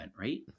right